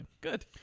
Good